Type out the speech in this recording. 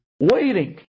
waiting